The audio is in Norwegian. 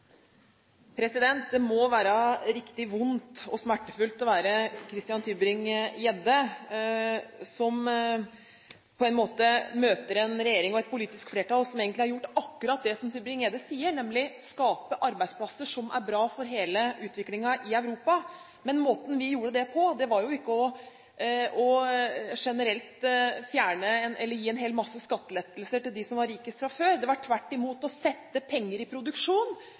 Det må være riktig vondt og smertefullt å være Christian Tybring-Gjedde, som møter en regjering og et politisk flertall som egentlig har gjort akkurat det som Tybring-Gjedde sier, nemlig å skape arbeidsplasser som er bra for hele utviklingen i Europa. Men måten vi gjorde det på, var ikke generelt å gi en hel masse skattelettelser til dem som var rikest fra før. Det var tvert imot å sette penger i produksjon